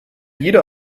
jeder